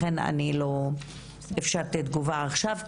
לכן אני לא אפשרתי תגובה עכשיו,